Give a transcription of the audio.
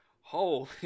Holy